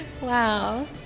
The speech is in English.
wow